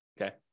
okay